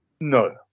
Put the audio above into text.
No